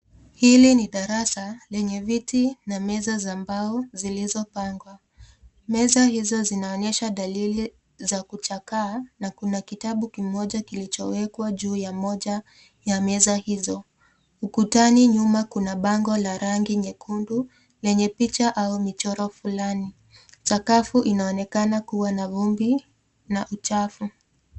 Hili ni darasa lenye viti na meza za mbao zilizopangwa. Meza hizo zinaonyesha dalili za kuchakaa na kuna kitabu kimoja kilichowekwa juu ya moja ya meza hizo. Ukutani nyuma kuna bango la rangi nyekundu lenye picha au michoro fulani. Sakafu inaonekana kuwa na vumbi na uchafu.